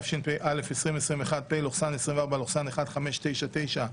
התשפ"א-2021, (פ/)1599/24,